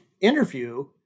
interview